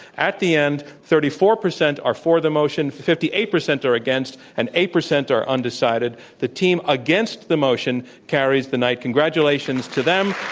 at the end, thirty four percent are for the motion, fifty eight percent are against and eight percent are undecided. the team against the motion carries the night. congratulations to them.